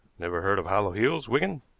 never heard of hollow heels, wigan?